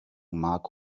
mark